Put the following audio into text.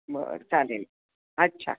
बरं चालेल अच्छा